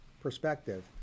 perspective